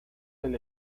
del